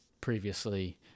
previously